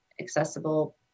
accessible